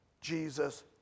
Jesus